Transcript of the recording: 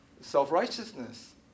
Self-righteousness